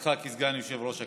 בתפקידך כסגן יושב-ראש הכנסת.